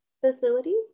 facilities